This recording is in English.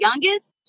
youngest